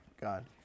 God